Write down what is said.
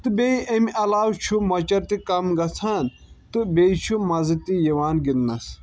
تہٕ بیٚیہِ امہِ علاوٕ چھُ مۄچر تہِ کم گژھان تہٕ بیٚیہِ چھُ مزٕ تہِ یِوان گِنٛدنس